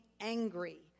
angry